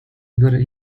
zbiory